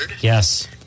Yes